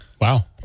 Wow